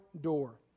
door